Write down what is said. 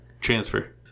transfer